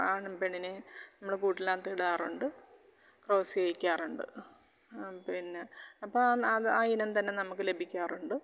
ആണും പെണ്ണിനെയും നമ്മൾ കൂട്ടിനകത്ത് ഇടാറുണ്ട് ക്രോസ് ചെയ്യിക്കാറുണ്ട് ആ പിന്നെ അപ്പോൾ അത് ആതിനേം തന്നെ നമുക്ക് ലഭിക്കാറുണ്ട്